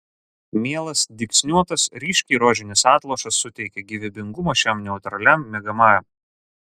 mielas dygsniuotas ryškiai rožinis atlošas suteikia gyvybingumo šiam neutraliam miegamajam